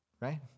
right